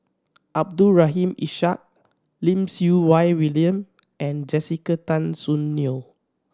Abdul Rahim Ishak Lim Siew Wai William and Jessica Tan Soon Neo